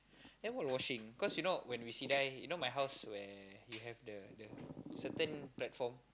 then while washing cause you know when we sidai you know my house where you have the the certain platform